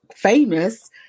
Famous